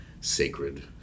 sacred